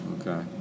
Okay